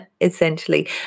essentially